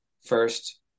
first